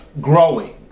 growing